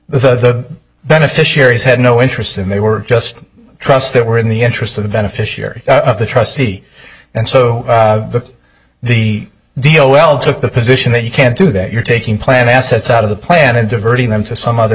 the beneficiaries had no interest in they were just trust that were in the interest of the beneficiary of the trustee and so the deal well took the position that you can't do that you're taking plan assets out of the planet diverting them to some other